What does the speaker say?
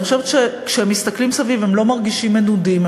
אני חושבת שכשהם מסתכלים סביב הם לא מרגישים מנודים,